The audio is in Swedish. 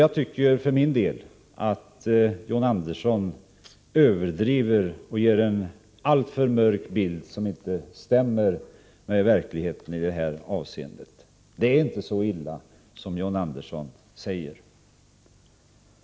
Jag tycker för min del att John Andersson överdriver och ger en alltför mörk bild. Den stämmer inte med verkligheten i detta avseende. Det är inte så illa som John Andersson säger.